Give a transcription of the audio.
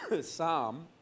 Psalm